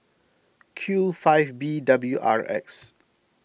Q five B W R X